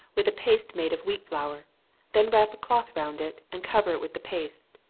with a paste made of wheat flour then wrap a cloth round it, and cover it with the paste.